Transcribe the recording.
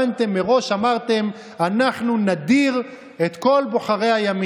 בשנה שעברה להשמיע את בוגרי הקרן